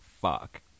fuck